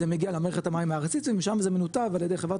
זה מגיע למערכת המים הארצית ומשם זה מנותב על ידי חברת